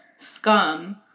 Scum